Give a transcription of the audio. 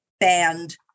band